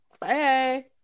Bye